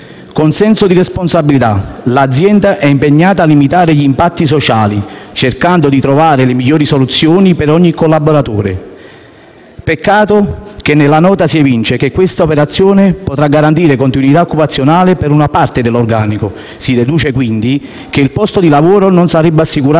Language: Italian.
«Con senso di responsabilità l’azienda è impegnata a limitare gli impatti sociali, cercando di individuare le migliori soluzioni per ogni collaboratore». Peccato che della nota si evinca che questa operazione potrà garantire continuità occupazionale solo per una parte dell’organico; si deduce, quindi, che il posto di lavoro non sarebbe assicurato